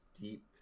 deep